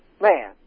Man